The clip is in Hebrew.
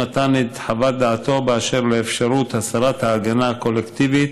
והוא נתן את חוות דעתו באשר לאפשרות הסרת ההגנה הקולקטיבית,